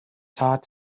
taught